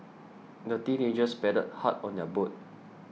the teenagers paddled hard on their boat